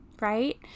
right